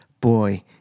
boy